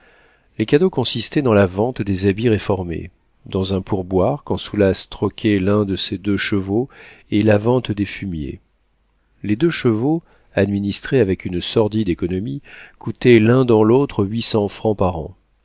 les cadeaux consistaient dans la vente des habits réformés dans un pourboire quand soulas troquait l'un de ses deux chevaux et la vente des fumiers les deux chevaux administrés avec une sordide économie coûtaient l'un dans l'autre huit cents francs par an